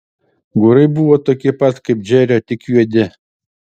gaurai buvo tokie pat kaip džerio tik juodi